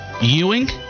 Ewing